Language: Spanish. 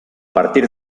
partir